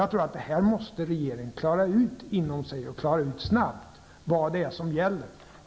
Regeringen måste här inom sig snabbt klara ut vad det är som gäller.